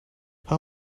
how